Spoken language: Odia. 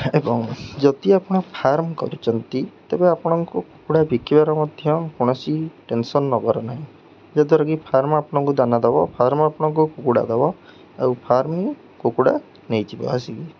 ଏବଂ ଯଦି ଆପଣ ଫାର୍ମ କରିଛନ୍ତି ତେବେ ଆପଣଙ୍କୁ କୁକୁଡ଼ା ବିକିବାର ମଧ୍ୟ କୌଣସି ଟେନସନ୍ ନେବାର ନାହିଁ ଯଦ୍ଵାରା କି ଫାର୍ମ ଆପଣଙ୍କୁ ଦାନା ଦେବ ଫାର୍ମ ଆପଣଙ୍କୁ କୁକୁଡ଼ା ଦେବ ଆଉ ଫାର୍ମରୁ କୁକୁଡ଼ା ନେଇଯିବେ ଆସିକି